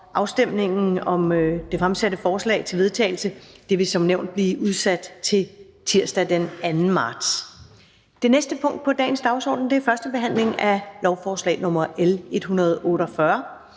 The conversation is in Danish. Afstemningen om det fremsatte forslag til vedtagelse vil som nævnt blive udsat til tirsdag den 2. marts 2021. --- Det næste punkt på dagsordenen er: 2) 1. behandling af lovforslag nr. L 148: